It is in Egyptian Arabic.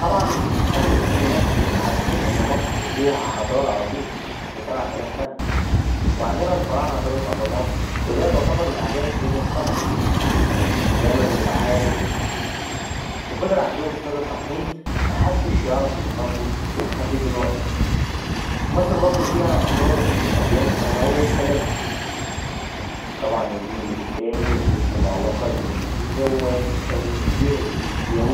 طبعا قبل ما تيجوا مصر عارفين إن مصر ليها حضارة عظيمة من سبع تلاف سنة وعندنا الفراعنة بنوا الأهرامات واللي هي تعتبر من عجائب الدنيا السبع وبنوا معابد وفضل عندهم سر التحنيط محدش يعرف يوصله لحد دلوقتي مصر برضه فيها آثار للأديان السماوية الثلاثة طبعا الدين الإسلامي والكنيسة المعلقة الدين المسيحي وال ـ ال - الدير اليهودي.